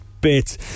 bit